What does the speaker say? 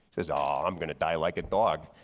says ah i'm gonna die like a dog,